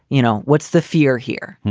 you know, what's the fear here?